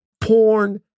porn